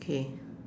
okay